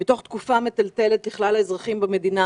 בתוך תקופה מטלטלת לכלל האזרחים במדינה,